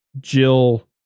Jill